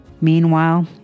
Meanwhile